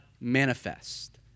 manifest